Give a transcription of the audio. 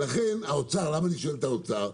לכן האוצר, למה אני שואל את האוצר?